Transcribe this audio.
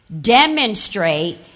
demonstrate